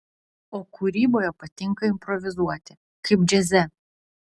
o kūryboje patinka improvizuoti kaip džiaze